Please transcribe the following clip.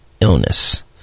illness